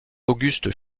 auguste